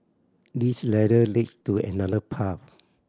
this ladder leads to another path